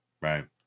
right